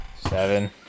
seven